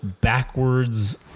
backwards